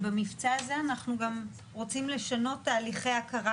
במבצע הזה אנחנו גם רוצים לשנות תהליכי הכרה